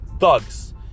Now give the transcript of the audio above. Thugs